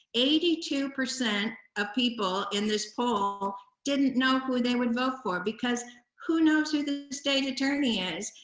eighty two percent of people in this poll didn't know who they would vote for because who knows who the state attorney is,